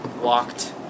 walked